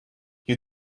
you